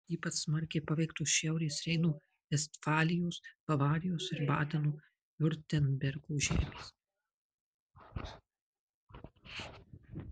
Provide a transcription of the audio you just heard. ypač smarkiai paveiktos šiaurės reino vestfalijos bavarijos ir badeno viurtembergo žemės